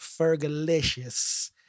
Fergalicious